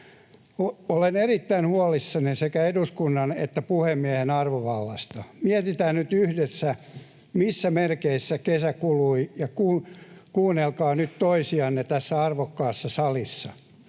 Olen erittäin huolissani sekä eduskunnan että puhemiehen arvovallasta. Mietitään nyt yhdessä, missä merkeissä kesä kului, ja kuunnelkaa nyt toisianne tässä arvokkaassa salissa.